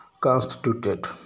constituted